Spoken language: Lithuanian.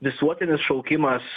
visuotinis šaukimas